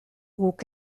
guk